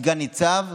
סגן ניצב,